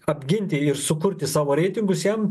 apginti ir sukurti savo reitingus jam